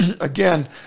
again